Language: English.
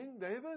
David